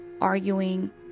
arguing